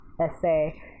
essay